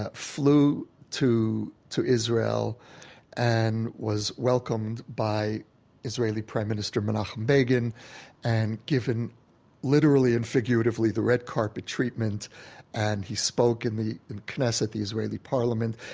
ah flew to to israel and was welcomed by israeli prime minister menachem begin and given literally and figuratively the red carpet treatment and he spoke in the knesset, the israeli parliament.